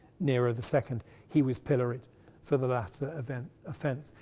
nero the second. he was pilloried for the latter event offence.